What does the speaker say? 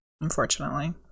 unfortunately